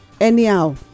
anyhow